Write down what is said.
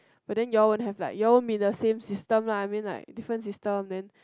but then you'll won't have like y’all won't be in the same system lah I mean like different system then